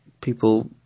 people